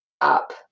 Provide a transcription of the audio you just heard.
up